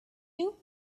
you